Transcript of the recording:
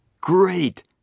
Great